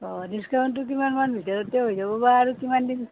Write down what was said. অঁ ডিচকাউণ্টটো কিমানমান ভিতৰতে হৈ যাব বা আৰু কিমান দিন